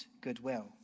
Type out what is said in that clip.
goodwill